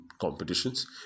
Competitions